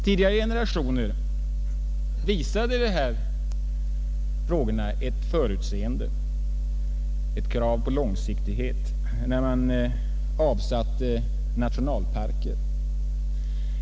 Tidigare generationer visade ett förutseende krav på långsiktighet, när man avsatte vissa områden för nationalparker.